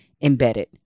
embedded